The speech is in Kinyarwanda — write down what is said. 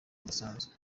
budasanzwe